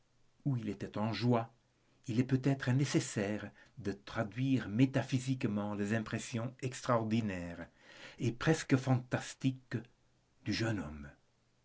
où il était en joie il est peut-être nécessaire de traduire métaphysiquement les impressions extraordinaires et presque fantastiques du jeune homme